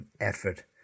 effort